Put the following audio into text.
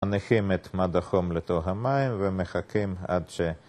מניחים את מד החום לתוך המים ומחכים עד ש...